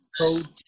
code